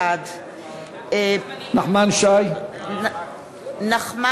בעד יצחק הרצוג,